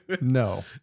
No